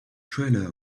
trailer